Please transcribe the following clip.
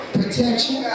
protection